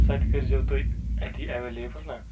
سۄ تِہ کٔرۍ زٮ۪و تُہۍ اَتی ایٚویلیبٕل نا